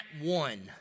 one